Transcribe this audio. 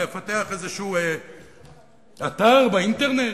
לפתח איזשהו אתר באינטרנט.